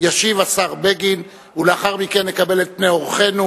ישיב השר בגין, ולאחר מכן נקבל את פני אורחנו